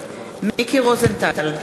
מיקי רוזנטל,